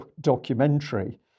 documentary